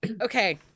okay